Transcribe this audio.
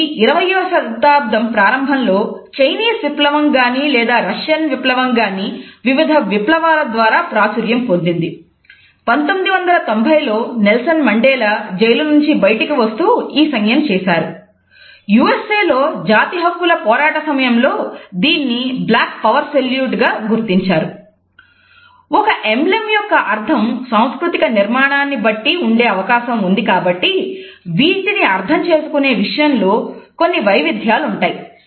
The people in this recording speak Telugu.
ఇది 20వ శతాబ్దం ప్రారంభంలో చైనీస్ యొక్క అర్థం సాంస్కృతిక నిర్మాణాన్ని బట్టి ఉండే అవకాశం ఉంది కాబట్టి వీటిని అర్థం చేసుకునే విషయంలో కొన్ని వైవిధ్యాలు ఉంటాయి